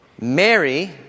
Mary